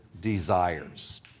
desires